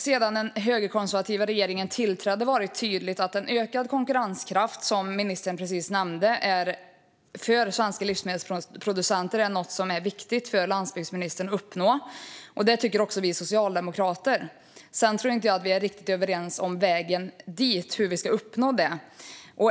Sedan den högerkonservativa regeringen tillträdde har det varit tydligt att en ökad konkurrenskraft, som ministern precis nämnde, för svenska livsmedelsproducenter är något som är viktigt för landsbygdsministern att uppnå. Det tycker även vi socialdemokrater. Sedan tror jag inte att vi är riktigt överens om vägen dit och hur vi ska uppnå det.